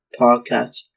podcast